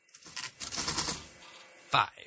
Five